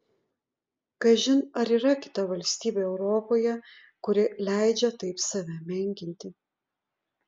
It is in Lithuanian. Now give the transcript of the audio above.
kažin ar yra kita valstybė europoje kuri leidžia taip save menkinti